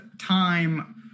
time